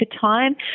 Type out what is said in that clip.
time